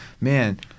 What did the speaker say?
man